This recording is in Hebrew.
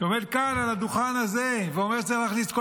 שעומד כאן על הדוכן הזה ואומר שצריך להכניס את כל